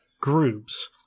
groups